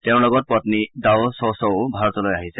তেওঁৰ লগত পন্নী ডাৱ চ' চ'ও ভাৰতলৈ আহিছে